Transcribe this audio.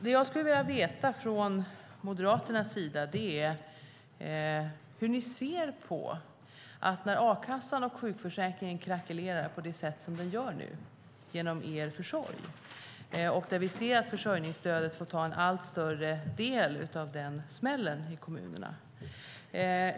Det jag skulle vilja veta från Moderaternas sida är hur ni ser på att a-kassan och sjukförsäkringen krackelerar på det sätt som de gör nu genom er försorg. Vi ser att försörjningsstödet får ta en allt större del av den smällen ute i kommunerna.